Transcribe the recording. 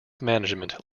management